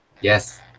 Yes